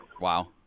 Wow